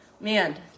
man